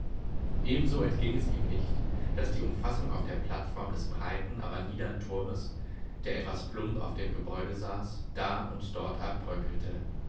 ebenso entging es ihm nicht daß die umfassung auf der plattform des breiten aber niedern turmes der etwas plump auf dem gebäude saß da und dort abbröckelte